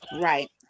Right